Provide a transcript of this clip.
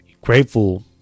grateful